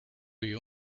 you